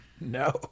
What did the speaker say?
no